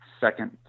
second